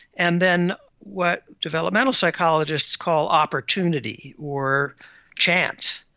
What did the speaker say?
and then what developmental psychologists call opportunity or chance.